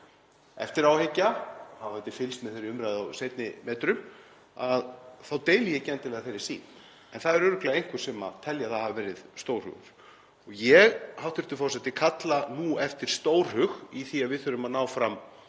Eftir á að hyggja, hafandi fylgst með þeirri umræðu á seinni metrum, þá deili ég ekki endilega þeirri sýn. En það eru örugglega einhver sem telja að það hafi verið stórhugur. Ég, hæstv. forseti, kalla nú eftir stórhug í því að við þurfum að ná fram